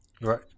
Right